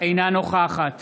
אינה נוכחת